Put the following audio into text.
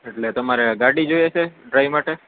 એટલે તમારે ગાડી જોઈએ છે ડ્રાઈવ માટે